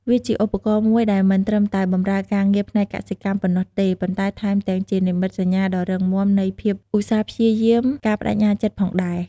វាជាឧបករណ៍មួយដែលមិនត្រឹមតែបម្រើការងារផ្នែកកសិកម្មប៉ុណ្ណោះទេ ប៉ុន្តែថែមទាំងជានិមិត្តសញ្ញាដ៏រឹងមាំនៃភាពឧស្សាហ៍ព្យាយាម ការប្តេជ្ញាចិត្តផងដែរ។